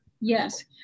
Yes